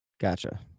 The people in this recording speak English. Gotcha